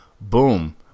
boom